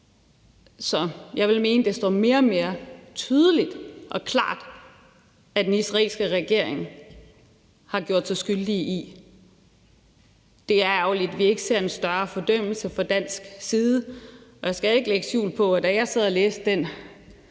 som jeg vil mene det står mere og mere tydeligt og klart at den israelske regering har gjort sig skyldig i, er det ærgerligt, at vi ikke ser en større fordømmelse fra dansk side. Og jeg skal ikke lægge skjul på, at da jeg sad og læste